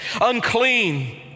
unclean